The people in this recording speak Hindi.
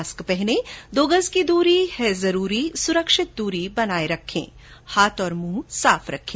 मास्क पहनें दो गज की दूरी है जरूरी सुरक्षित दूरी बनाए रखें हाथ और मुंह साफ रखें